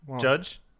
judge